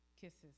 kisses